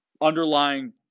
underlying